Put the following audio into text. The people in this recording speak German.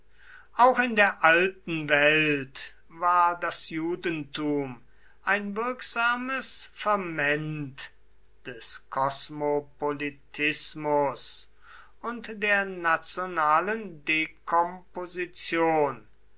auch in der alten welt war das judentum ein wirksames ferment des kosmopolitismus und der nationalen